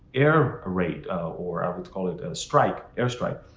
air raid or i would call it a strike, airstrike,